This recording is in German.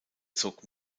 zog